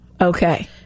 Okay